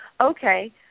okay